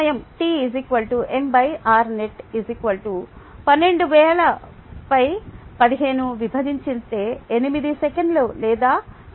సమయం t m rnet 1200015 800 sలేదా13